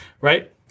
right